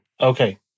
Okay